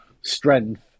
strength